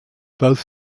both